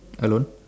alone